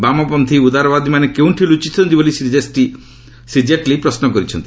ବାମପତ୍ରୀ ଉଦାରବାଦୀମାନେ କେଉଁଠି ଲୁଚିଛନ୍ତି ବୋଲି ଶ୍ରୀ ଜେଟଲୀ ପ୍ରଶ୍ନ କରିଛନ୍ତି